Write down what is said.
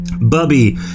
Bubby